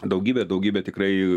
daugybė daugybė tikrai